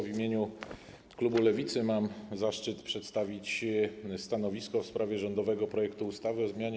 W imieniu klubu Lewicy mam zaszczyt przedstawić stanowisko w sprawie rządowego projektu ustawy o zmianie